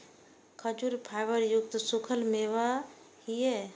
खजूर फाइबर युक्त सूखल मेवा छियै